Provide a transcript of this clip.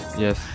Yes